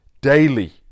daily